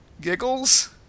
giggles